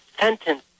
sentence